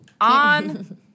on